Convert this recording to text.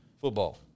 football